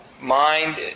mind